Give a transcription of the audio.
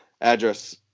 address